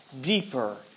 deeper